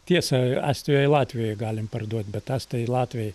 tiesa estijoj latvijoj galime parduot bet estai latviai